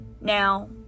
Now